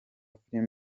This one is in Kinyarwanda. film